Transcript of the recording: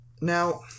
now